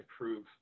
improve